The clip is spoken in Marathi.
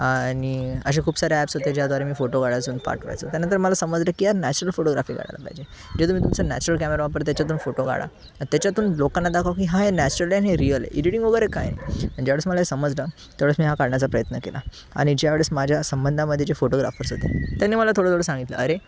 आ णि असे खूप सारे ॲप्स होते ज्याद्वारे मी फोटो काढायचो आणि पाठवायचो त्यानंतर मला समजलं की यार नॅचरल फोटोग्राफी काढायला पाहिजे जे तुम्ही तुमचं नॅचरल कॅमेरा वापर त्याच्यातून फोटो काढा त्याच्यातून लोकांना दाखवा की हा हे नॅचरल आहे आणि हे रिअल आहे एडिटिंग वगैरे काय आहे आणि ज्यावेळेस मला हे समजलं त्यावेळेस मी हा काढण्याचा प्रयत्न केला आणि ज्यावेळेस माझ्या संबंधामध्ये जे फोटोग्राफर्स होते त्यांनी मला थोडं थोडं सांगितलं अरे